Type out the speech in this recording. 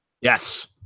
Yes